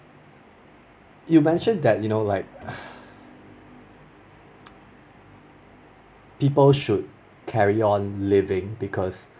you mention that you know like people should carry on living because